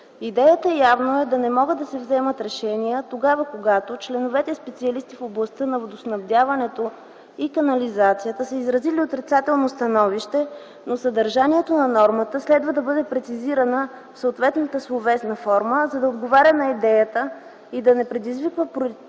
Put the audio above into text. Идеята явно е да не могат да се вземат решения тогава, когато членовете – специалисти в областта на водоснабдяването и канализацията, са изразили отрицателно становище, но съдържанието на нормата следва да бъде прецизирана в съответната словесна форма, за да отговаря на идеята и да не предизвиква противоречиво